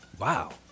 Wow